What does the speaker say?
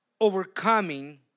overcoming